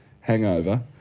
hangover